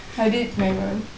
I did manual